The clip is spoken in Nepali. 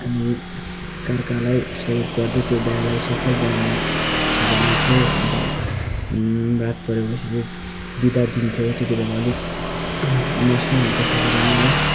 हामी एकाअर्कालाई सहयोग गर्दै त्यो बिहालाई सफल बनाउनु बनाउँथ्यौँ अन्त रात परेपछि चाहिँ बिदा दिन्थ्यो त्यति बेला अलिक इमोसनल हुन्थ्यो सबैजना है